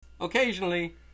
Occasionally